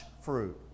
fruit